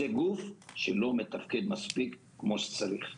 זה גוף שלא מתפקד מספיק כפי שצריך.